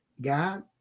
god